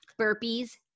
Burpees